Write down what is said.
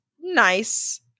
nice